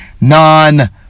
non